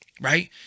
right